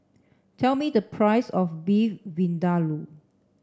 tell me the price of Beef Vindaloo